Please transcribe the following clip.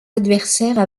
adversaires